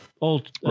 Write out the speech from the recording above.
Old